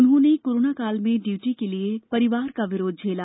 उन्होंने कोरोना काल में ड्यूटी करने के लिए परिवार का विरोध झेला